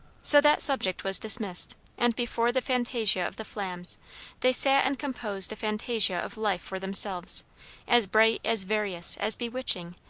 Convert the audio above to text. so that subject was dismissed and before the fantasia of the flames they sat and composed a fantasia of life for themselves as bright, as various, as bewitching,